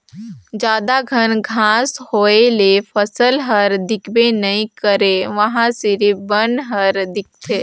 जादा घन घांस होए ले फसल हर दिखबे नइ करे उहां सिरिफ बन हर दिखथे